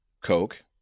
Coke